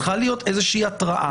צריכה להיות איזה היוועצות.